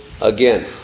again